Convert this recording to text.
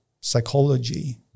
psychology